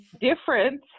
different